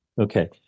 Okay